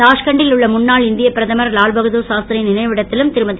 தாஷ்கண்டில் உள்ள முன்னாள் இந்திய பிரதமர் லால்பகதூர் சாஸ்திரியின் நினைவிடத்திலும் திருமதி